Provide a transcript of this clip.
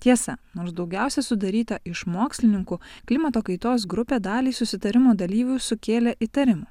tiesa nors daugiausia sudaryta iš mokslininkų klimato kaitos grupė daliai susitarimo dalyvių sukėlė įtarimų